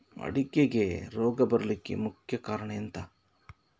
ಅಡಿಕೆಗೆ ರೋಗ ಬರ್ಲಿಕ್ಕೆ ಮುಖ್ಯ ಕಾರಣ ಎಂಥ?